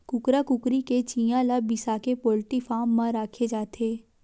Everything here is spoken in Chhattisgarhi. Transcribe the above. कुकरा कुकरी के चिंया ल बिसाके पोल्टी फारम म राखे जाथे